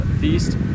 Feast